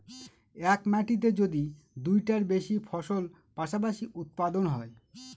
এক মাটিতে যদি দুইটার বেশি ফসল পাশাপাশি উৎপাদন হয়